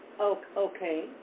okay